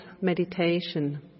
meditation